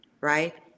right